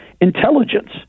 intelligence